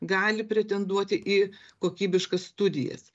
gali pretenduoti į kokybiškas studijas